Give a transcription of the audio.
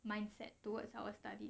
mindset towards our study